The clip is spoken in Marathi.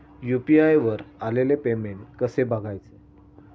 यु.पी.आय वर आलेले पेमेंट कसे बघायचे?